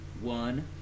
one